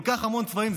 כל כך הרבה צבעים,